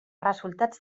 resultat